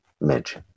Midge